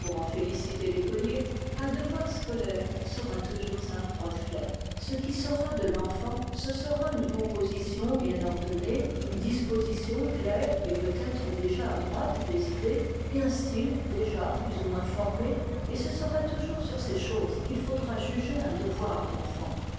en féliciter l'écolier un devoir scolaire sera toujours un reflet ce qui sera de l'enfant ce sera une composition bien ordonnée une disposition claire et peut-être déjà adroite des idées et un style déjà plus ou moins formé et ce sera toujours sur ces choses qu'il faudra juger un devoir d'enfant